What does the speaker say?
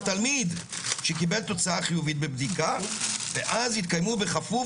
תלמיד שקיבל תוצאה חיובית בבדיקה ואז התקיימו בכפוף